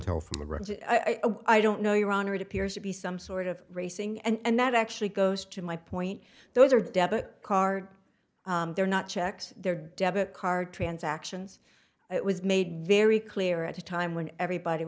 tell from the run i don't know your honor it appears to be some sort of racing and that actually goes to my point those are debit card they're not checked their debit card transactions it was made very clear at the time when everybody